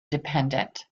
dependent